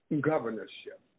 governorship